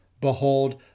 Behold